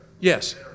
Yes